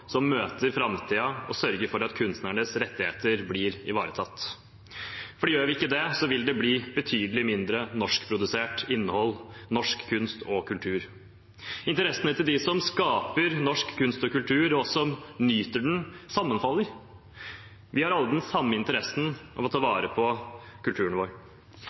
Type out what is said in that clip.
som møter framtiden og sørger for at kunstnernes rettigheter blir ivaretatt. For gjør vi ikke det, vil det bli betydelig mindre norskprodusert innhold, norsk kunst og kultur. Interessene til dem som skaper norsk kunst og kultur, og oss som nyter det, sammenfaller. Vi har alle den samme interessen av å ta vare på kulturen vår.